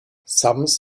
sams